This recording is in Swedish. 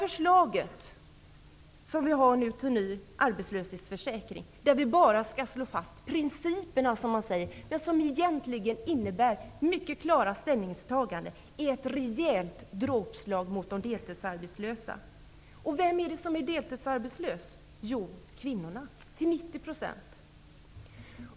Förslaget till ny arbetslöshetsförsäkring där vi bara skall slå fast principerna trots att det egentligen innebär mycket klara ställningstaganden utgör ett rejält dråpslag mot de deltidsarbetslösa. Vilka är det som är deltidsarbetslösa? Jo, det är kvinnorna, till 90 %.